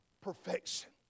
Perfection